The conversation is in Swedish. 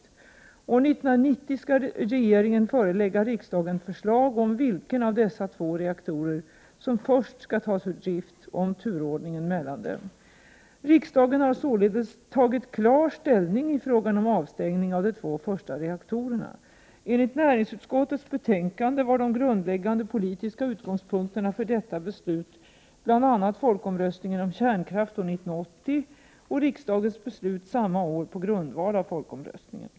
År 1990 skall regeringen förelägga riksdagen förslag om vilken av dessa två reaktorer som först skall tas ur drift och om turordningen mellan dem. Riksdagen har således tagit klar ställning i frågan om avstängning av de två första reaktorerna. Enligt näringsutskottets betänkande var de grundläggande politiska utgångspunkterna för detta beslut bl.a. folkomröstningen om kärnkraft år 1980 och riksdagens beslut samma år på grundval av folkomröstningen.